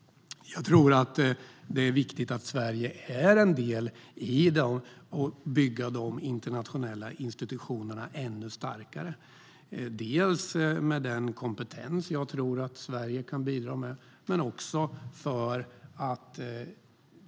Det är viktigt att Sverige är en del i att bygga de internationella institutionerna ännu starkare med den kompetens jag tror att Sverige kan bidra med.